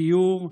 גיור,